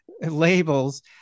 labels